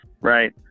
right